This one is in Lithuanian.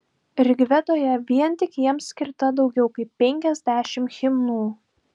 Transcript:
rigvedoje vien tik jiems skirta daugiau kaip penkiasdešimt himnų